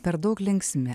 per daug linksmi